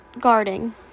Guarding